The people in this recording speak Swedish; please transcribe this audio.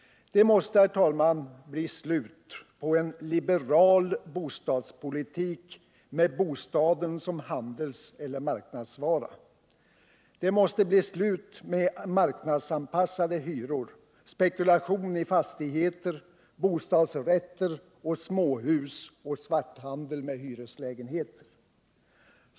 Det måste, herr talman, bli slut på en liberal bostadspolitik med bostaden som en handelseller marknadsvara. Vi måste få ett slut på marknadsanpassade hyror, spekulation i fastigheter, bostadsrätter och småhus liksom svart handel med hyreslägenheter.